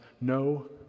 no